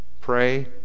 Pray